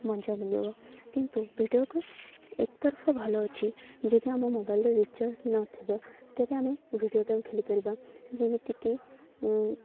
ମଜା ମିଲିବ କିନ୍ତୁ ଭିଡ଼ିଓ ଗେମ୍ ଏକ୍ ତରଫା ଭଲ ଅଛି ଯଦି ଆମ ମୋବାଇଲ୍ରେ ରିଚାର୍ଜ ନଥିବ ତେବେ ଆମେ ଭିଡ଼ିଓ ଗେମ୍ ଖେଲିପାରିବା ଯେମିତିକି